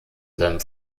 seinem